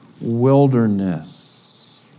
wilderness